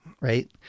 right